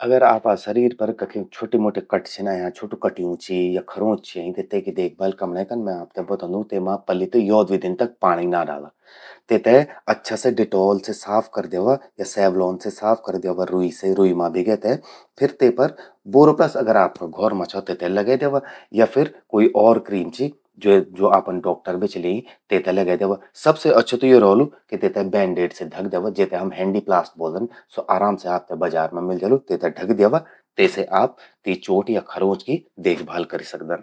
अगर आपा सरीर पर छ्वटा म्वोटा कट छिन अंया, कट्यूं चि या खरोंच चि अंयी। त तेकि देखभाल कमण्ये कन, मैं आपते बतौंदू। तेमा पलि त यो द्वी दिन तक पाणि ना डाल्या। तेते अच्छा से डिटॉल से साफ कर द्यवा। या सेवलॉन से साफ कर द्या रुई से। रुई मां भिगे ते। फिर ते पर बोरोप्लस अगर आपमूं घौर मूं छौ त तेते लगे द्यवा। या फिर कोई और क्रीम चि, ज्वो आपन डॉक्टर बे चि ल्यंयी, तेते लगे द्यवा। सबसे अच्छु त यो रौलु कि तेते बेंडेड से ढक द्यवा, जेते हम हैंडीप्लास्ट ब्वोलदन। स्वो आराम से आपते बजार बे मिव जलु। तेसे ढक द्यवा। तेसे आप तीं चोट या खंरोच कि देखभाल करि सकदन।